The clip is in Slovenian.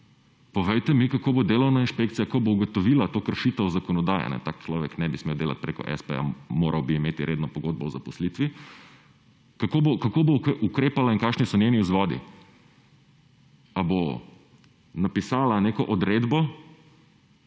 Povejte mi, kako bo delovna inšpekcija, ko bo ugotovila to kršitev zakonodaje, kajne, tak človek ne bi smel delat preko s. p.-ja, moral bi imeti redno pogodbo o zaposlitvi, kako bo ukrepala in kakšni so njeni vzvodi? Ali bo napisala neko odredbo